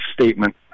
statement